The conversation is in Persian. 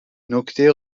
نکته